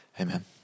Amen